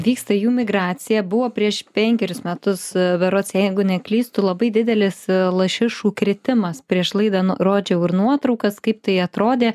vyksta jų migracija buvo prieš penkerius metus berods jeigu neklystu labai didelis lašišų kritimas prieš laidą rodžiau ir nuotraukas kaip tai atrodė